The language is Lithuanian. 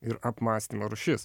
ir apmąstymo rūšis